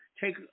take